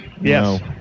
Yes